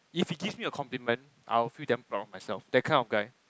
if he gives me a compliment I will feel damn proud of myself that kind of guy